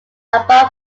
above